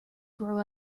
grow